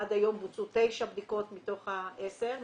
עד היום בוצעו 9 בדיקות מתוך ה-10.